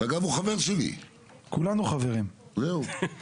עודד